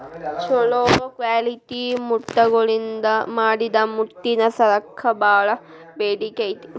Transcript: ಚೊಲೋ ಕ್ವಾಲಿಟಿ ಮುತ್ತಗಳಿಂದ ಮಾಡಿದ ಮುತ್ತಿನ ಸರಕ್ಕ ಬಾಳ ಬೇಡಿಕೆ ಐತಿ